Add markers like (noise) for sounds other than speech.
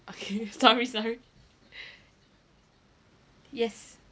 (laughs) okay sorry sorry yes